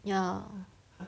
ya